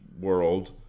world